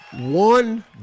One